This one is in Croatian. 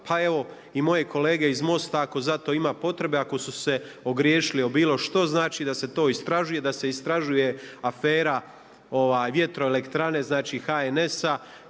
pa evo i moje kolege iz MOST-a ako za to ima potrebe ako su se ogriješili o bilo što znači da se to istražuje, da se istražuje afera vjetroelektrane znači HNS-a